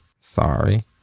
sorry